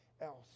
else